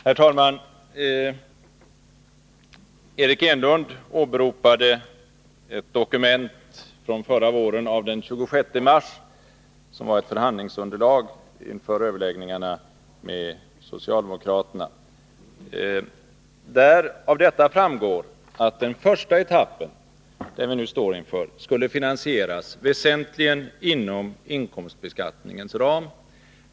Herr talman! Eric Enlund åberopade ett dokument av den 26 mars förra Onsdagen den våren. Det var ett förhandlingsunderlag inför överläggningarna med 10 mars 1982 socialdemokraterna. Av det framgår att den första etappen — den vi nu står inför — skulle finansieras väsentligen inom inkomstbeskattningens ram.